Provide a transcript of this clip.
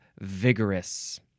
vigorous